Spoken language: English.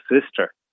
sister